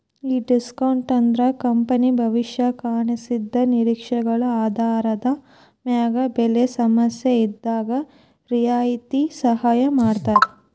ಈ ಡಿಸ್ಕೋನ್ಟ್ ಅಂದ್ರ ಕಂಪನಿ ಭವಿಷ್ಯದ ಹಣಕಾಸಿನ ನಿರೇಕ್ಷೆಗಳ ಆಧಾರದ ಮ್ಯಾಗ ಬೆಲೆ ಸಮಸ್ಯೆಇದ್ದಾಗ್ ರಿಯಾಯಿತಿ ಸಹಾಯ ಮಾಡ್ತದ